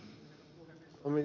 kuten ed